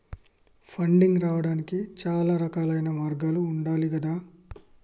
funding రావడానికి చాలా రకాలైన మార్గాలు ఉండాలి గదా